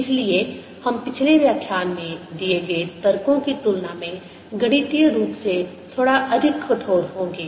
इसलिए हम पिछले व्याख्यान में दिए गए तर्कों की तुलना में गणितीय रूप से थोड़ा अधिक कठोर होंगे